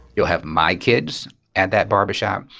you'll have my kids at that barbershop.